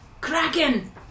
kraken